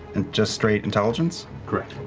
and just straight intelligence?